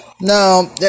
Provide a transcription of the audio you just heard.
No